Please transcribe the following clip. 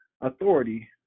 authority